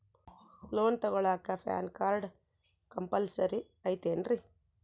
Loan ತೊಗೊಳ್ಳಾಕ PAN card compulsory ಐಯ್ತೇನ್ರಿ?